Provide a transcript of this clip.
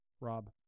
Rob